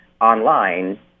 online